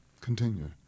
continue